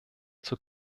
zur